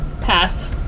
Pass